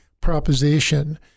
proposition